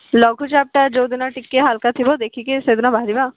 ଲଘୁଚାପଟା ଯୋଉଦିନ ଟିକେ ହାଲ୍କା ଥିବ ଦେଖିକି ସେଇଦିନ ବାହାରିବା